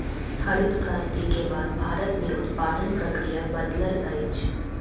हरित क्रांति के बाद भारत में उत्पादन प्रक्रिया बदलल अछि